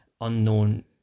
unknown